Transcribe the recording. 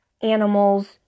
animals